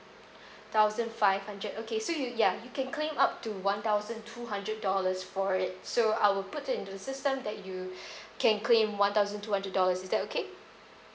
thousand five hundred okay so ya you can claim up to one thousand two hundred dollars for it so I will put into the system that you can claim one thousand two hundred dollars is that okay